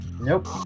Nope